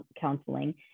counseling